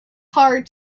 hard